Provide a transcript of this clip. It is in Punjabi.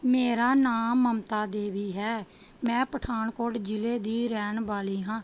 ਮੇਰਾ ਨਾਮ ਮਮਤਾ ਦੇਵੀ ਹੈ ਮੈਂ ਪਠਾਨਕੋਟ ਜ਼ਿਲ੍ਹੇ ਦੀ ਰਹਿਣ ਵਾਲੀ ਹਾਂ